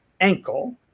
ankle